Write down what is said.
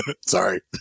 Sorry